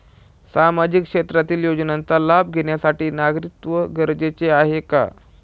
सामाजिक क्षेत्रातील योजनेचा लाभ घेण्यासाठी नागरिकत्व गरजेचे आहे का?